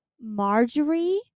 Marjorie